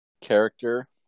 character